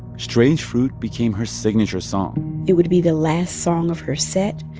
strange fruit became her signature song it would be the last song of her set.